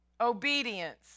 Obedience